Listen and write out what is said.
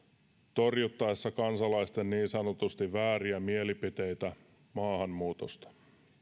torjuttaessa kansalaisten niin sanotusti vääriä mielipiteitä maahanmuutosta